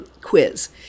quiz